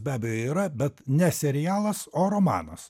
be abejo yra bet ne serialas o romanas